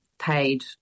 paid